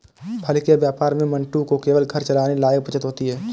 फल के व्यापार में मंटू को केवल घर चलाने लायक बचत होती है